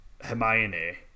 Hermione